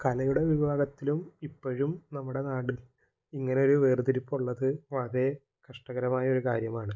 കലയുടെ വിഭാഗത്തിലും ഇപ്പോഴും നമ്മടെ നാട് ഇങ്ങനൊരു വേര്തിരിപ്പുള്ളത് വളരേ കഷ്ടകരമായൊരു കാര്യമാണ്